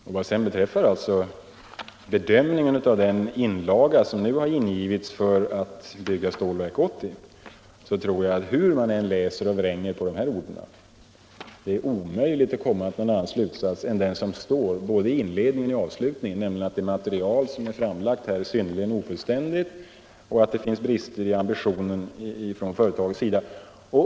Vad sedan beträffar bedömningen av den inlaga som nu har ingivits om att bygga Stålverk 80 tror jag, hur man än läser och vränger de här orden, att det är omöjligt att komma till någon annan slutsats än den som står i både inledningen och avslutningen, nämligen att det material som är framlagt här är synnerligen ofullständigt och att det finns brister i ambitionen från företagets sida.